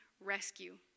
rescue